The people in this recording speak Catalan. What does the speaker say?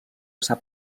passar